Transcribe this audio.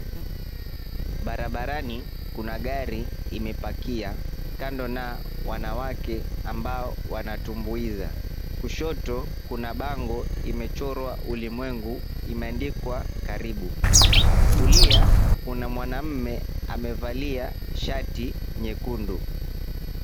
Barabarani kuna gari imepakia kando na wanawake wanatumbuiza. Kushoto kuna bango imechorwa ulimwengu imeandikwa, Karibu. Kulia kuna mwanaume amevalia shati nyekundu.